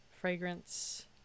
fragrance